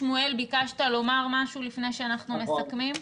שמואל, ביקשת לומר משהו לפני שאנחנו מסכמים.